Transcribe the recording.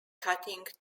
cutting